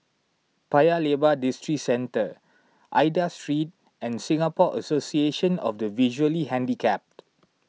Paya Lebar Districentre Aida Street and Singapore Association of the Visually Handicapped